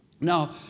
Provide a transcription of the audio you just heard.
Now